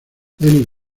ellis